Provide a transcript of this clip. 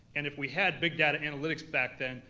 and if we had big data analytics back then,